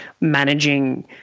managing